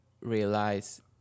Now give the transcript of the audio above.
realize